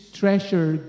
treasure